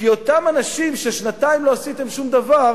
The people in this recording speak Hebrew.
כי אותם אנשים ששנתיים לא עשיתם שום דבר